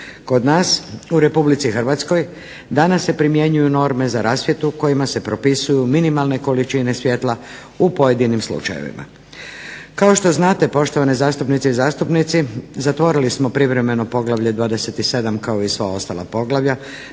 Kod nas u Republici Hrvatskoj danas se primjenjuju norme za rasvjetu kojima se propisuju minimalne količine svjetla u pojedinim slučajevima. Kao što znate poštovane zastupnice i zastupnici zatvorili smo poglavlje 27. Kao i sva ostala poglavlja